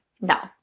No